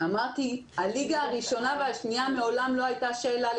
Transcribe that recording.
אמרתי שלגבי הליגה הראשונה והשנייה מעולם לא הייתה שאלה,